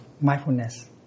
mindfulness